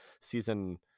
season